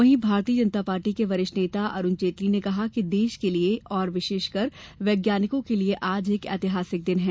वहीं भारतीय जनता पार्टी के वरिष्ठ नेता अरुण जेटली ने कहा है कि देश के लिये और विशेषकर वैज्ञानिकों के लिये आज एक ऐतिहासिक दिन है